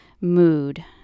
mood